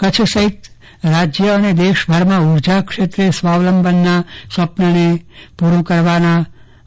કચ્છ સહિત રાજ્ય અને દેશભરમાં ઉર્જા ક્ષેત્રે સ્વાવલંબનના સ્વપ્નને પુરુ કરવાના